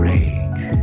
Rage